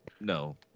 no